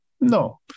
No